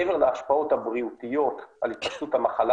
מעבר להשפעות הבריאותיות על התפשטות המחלה